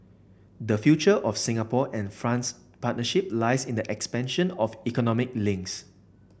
the future of Singapore and France partnership lies in the expansion of economic links